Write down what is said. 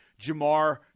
Jamar